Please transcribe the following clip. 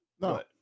No